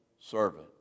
servant